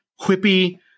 quippy